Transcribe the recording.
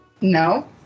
No